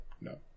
No